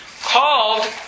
called